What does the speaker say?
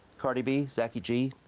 cardi b, zachy g,